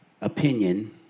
opinion